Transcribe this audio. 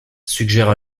suggère